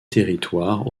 territoire